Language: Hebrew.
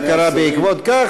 קרה בעקבות זה.